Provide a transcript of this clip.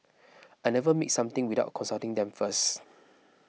I never make something without consulting them first